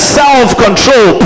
self-control